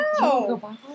no